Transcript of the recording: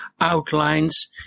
outlines